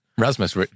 Rasmus